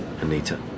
Anita